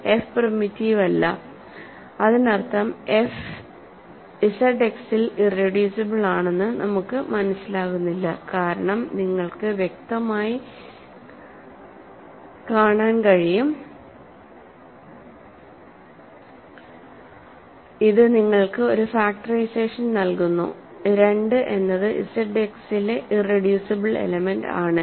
F primitive അല്ല അതിനർത്ഥം F ഇസഡ്എക്സിൽ ഇറെഡ്യൂസിബിൾ ആണെന്ന് നമുക്ക് മനസ്സിലാകുന്നില്ല കാരണം നിങ്ങൾക്ക് വ്യക്തമായി കാണാൻ കഴിയും ഇത് നിങ്ങൾക്ക് ഒരു ഫാക്ടറൈസേഷൻ നൽകുന്നു 2 എന്നത് Z X ലെ ഇറെഡ്യൂസിബിൾ എലമെന്റ് ആണ്